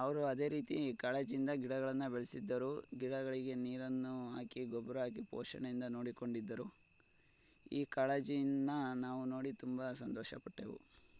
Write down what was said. ಅವರು ಅದೇ ರೀತಿ ಕಾಳಜಿಯಿಂದ ಗಿಡಗಳನ್ನು ಬೆಳೆಸಿದ್ದರು ಗಿಡಗಳಿಗೆ ನೀರನ್ನು ಹಾಕಿ ಗೊಬ್ಬರ ಹಾಕಿ ಪೋಷಣೆಯಿಂದ ನೋಡಿಕೊಂಡಿದ್ದರು ಈ ಕಾಳಜಿಯನ್ನು ನಾವು ನೋಡಿ ತುಂಬ ಸಂತೋಷಪಟ್ಟೆವು